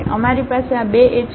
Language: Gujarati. તેથી અમારી પાસે આ બે એચ